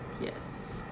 Yes